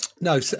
No